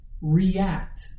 react